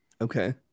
Okay